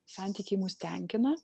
santykiai mus tenkina